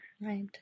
Right